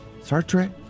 Sartre